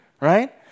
right